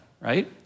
right